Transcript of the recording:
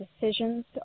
decisions